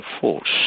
force